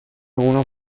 uno